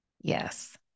yes